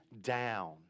down